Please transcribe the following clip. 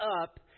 up